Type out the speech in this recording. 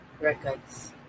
Records